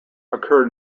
occur